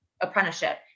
apprenticeship